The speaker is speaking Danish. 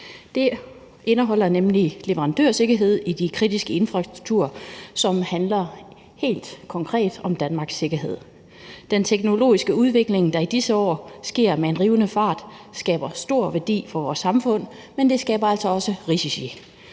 nemlig om leverandørsikkerhed i de kritiske infrastrukturer i forhold til Danmarks sikkerhed. Den teknologiske udvikling, der i disse år sker med en rivende fart, skaber stor værdi for vores samfund, men den skaber altså også risici.